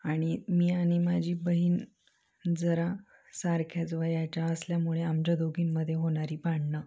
आणि मी आणी माझी बहीण जरा सारख्याच वयाच्या असल्यामुळे आमच्या दोघींमध्ये होणारी भांडण